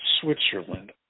Switzerland